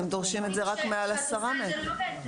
אתם דורשים מעל עשרה מטר.